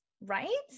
right